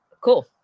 Cool